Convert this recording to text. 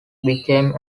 become